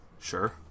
Sure